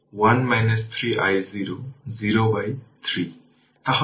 এবং τ LR Thevenin লিখছি যা L হল 1 হেনরি